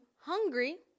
hungry